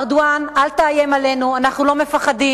ארדואן, אל תאיים עלינו, אנחנו לא מפחדים.